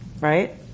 Right